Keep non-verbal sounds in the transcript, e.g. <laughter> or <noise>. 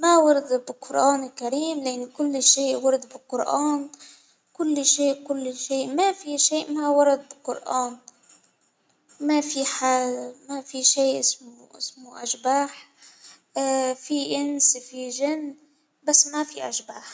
<hesitation> ما ورد بالقرآن الكريم، لأن كل شيء ورد بالقرآن، كل شيء كل شيء، ما في شيء ما ورد بالقرآن ، ما في حاجة- ما في شي اسمه اسمة أشباح، <hesitation> في إنس في جن، بس ما في أشباح.